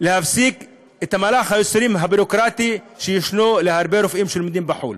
להפסיק את מהלך הייסורים הביורוקרטי שישנו להרבה רופאים שלומדים בחו"ל.